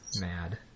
mad